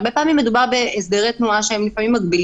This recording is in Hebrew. הרבה פעמים מדובר בהסדרי תנועה שמגבילים